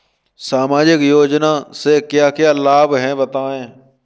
सामाजिक योजना से क्या क्या लाभ हैं बताएँ?